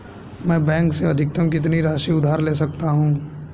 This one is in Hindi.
मैं बैंक से अधिकतम कितनी राशि उधार ले सकता हूँ?